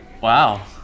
Wow